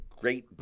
great